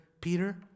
Peter